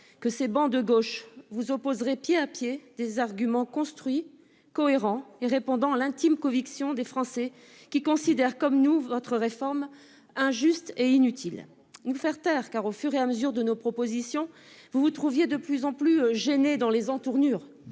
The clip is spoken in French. que les travées de gauche vous opposeraient pied à pied des arguments construits, cohérents et correspondant à l'intime conviction des Français, qui considèrent, comme nous, que votre réforme est injuste et inutile. Vous vouliez nous faire taire parce que, au fur et à mesure de nos propositions, vous vous trouviez de plus en plus gênés aux entournures